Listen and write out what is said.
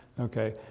okay,